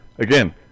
Again